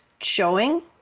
showing